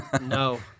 No